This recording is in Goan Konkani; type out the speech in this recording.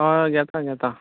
आं येतां येतां